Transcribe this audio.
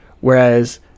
Whereas